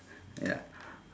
ya